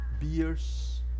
beers